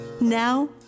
Now